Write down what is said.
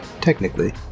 technically